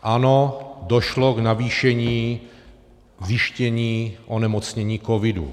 Ano, došlo k navýšení zjištění onemocnění covidu.